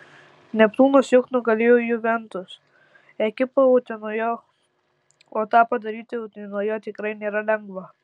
neptūnas juk nugalėjo juventus ekipą utenoje o tą padaryti utenoje tikrai nėra lengva